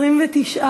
התשע"ד 2014, נתקבלה.